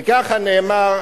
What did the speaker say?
וכך נאמר,